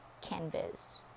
canvas